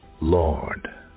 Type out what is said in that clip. Lord